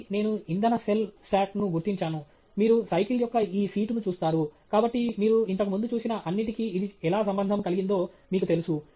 మళ్ళీ నేను ఇంధన సెల్ స్టాక్ను గుర్తించాను మీరు సైకిల్ యొక్క ఈ సీటును చూస్తారు కాబట్టి మీరు ఇంతకు ముందు చూసిన అన్నిటికీ ఇది ఎలా సంబంధం కలిగిందో మీకు తెలుసు